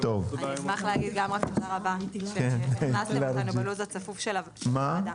נשמח להגיד תודה רבה על שהכנסתם את זה בלו"ז הצפוף של הוועדה.